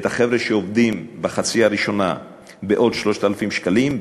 החבר'ה שעובדים בחצי הראשונה השנה בעוד 3,000 שקלים,